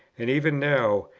and even now,